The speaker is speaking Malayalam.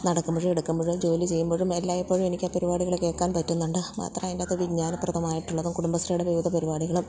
നടക്കുമ്പോഴും എടുക്കുമ്പോഴും ജോലി ചെയ്യുമ്പോഴുമെല്ലാം എപ്പോഴും എനിക്ക് പരിപാടികള് കേള്ക്കാൻ പറ്റുന്നുണ്ട് മാത്രമല്ല അതിന്റെയകത്ത് വിജ്ഞാനപ്രദമായിട്ടുള്ളതും കുടുംബശ്രീയുടെ ഏത് പരിപാടികളും